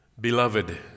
Beloved